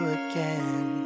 again